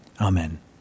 Amen